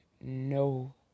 no